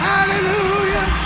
Hallelujah